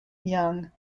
yang